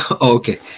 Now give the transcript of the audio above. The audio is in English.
Okay